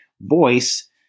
voice